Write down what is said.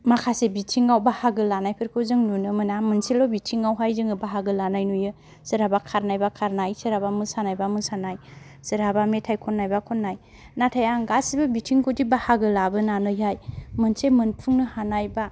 माखासे बिथिङाव बाहागो लानायफोरखौ जों नुनो मोना मोनसेल' बिथिङाव जोङो बाहागो लानाय नुयो सोरहाबा खारनाय बा खारनाय सोरहाबा मोसानाय बा मोसानाय सोरहाबा मेथाय खननाय बा खननाय नाथाय आं गासिबो बिथिंखौदि बाहागो लाबोनानैहाय मोनसे मोनफुंनो हानाय बा